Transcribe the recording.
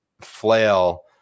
flail